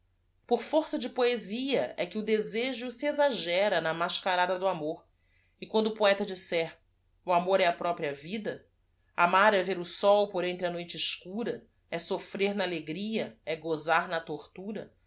or força de poesia é que o desejo se exaggera na mascarada do amor e quando o poeta disser amor é a própria vida m o r é v e r o sói p o r e n t